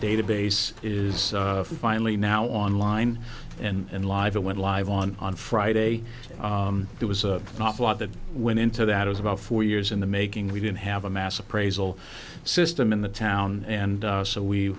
database is finally now online and live it went live on on friday there was an awful lot that went into that was about four years in the making we didn't have a mass appraisal system in the town and so we